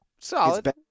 solid